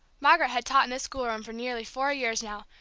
margaret had taught in this schoolroom for nearly four years now,